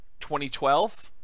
2012